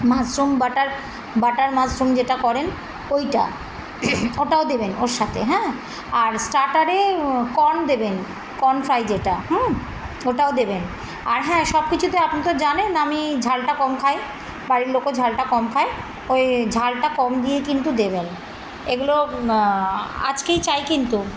mushroom butter butter mushroom যেটা করেন ওইটা ওটাও দেবেন ওর সাথে হ্যাঁ আর স্টার্টারে কর্ন দেবেন কর্ন ফ্রাই যেটা ওটাও দেবেন আর হ্যাঁ সব কিছুতে আপনি তো জানেন আমি ঝালটা কম খাই বাড়ির লোকও ঝালটা কম খায় ওই ঝালটা কম দিয়ে কিন্তু দেবেন এগুলো আজকেই চাই কিন্তু